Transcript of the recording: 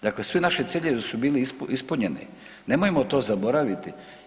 Dakle, svi naši ciljevi su bili ispunjeni, nemojmo to zaboraviti.